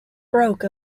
broke